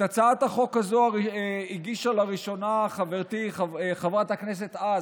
את הצעת החוק הזאת הגישה לראשונה חברתי חברת הכנסת אז,